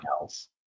else